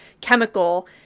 chemical